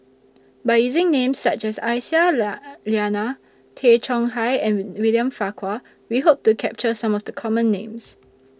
By using Names such as Aisyah Lyana Tay Chong Hai and when William Farquhar We Hope to capture Some of The Common Names